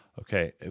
Okay